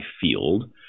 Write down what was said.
field